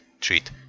treat